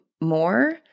more